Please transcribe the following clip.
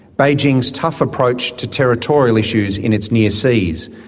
beijing's tough approach to territorial issues in its near seas,